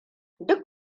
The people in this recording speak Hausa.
duk